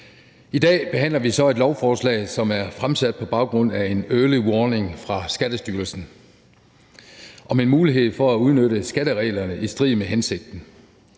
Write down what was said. I dag behandler vi så et lovforslag, som er fremsat på baggrund af en early warning fra Skattestyrelsen om en mulighed for at udnytte skattereglerne i strid med hensigten.